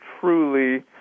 truly